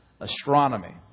astronomy